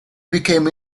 became